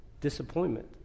disappointment